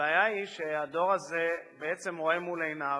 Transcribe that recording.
הבעיה היא שהדור הזה בעצם רואה מול עיניו